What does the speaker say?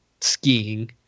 skiing